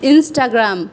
Instagram